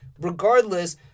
Regardless